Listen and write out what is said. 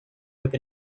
with